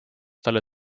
talle